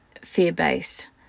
fear-based